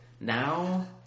Now